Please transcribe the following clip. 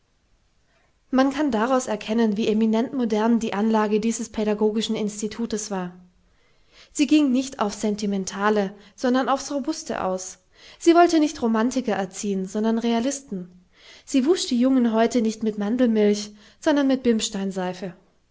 man kann daraus erkennen wie eminent modern die anlage dieses pädagogischen institutes war sie ging nicht aufs sentimentale sondern aufs robuste aus sie wollte nicht romantiker erziehen sondern realisten sie wusch die jungen häute nicht mit mandelmilch sondern mit bimsteinseife